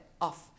off